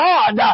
God